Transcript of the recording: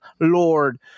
lord